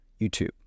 YouTube